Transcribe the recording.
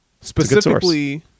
specifically